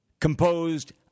composed